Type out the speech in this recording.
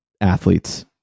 athletes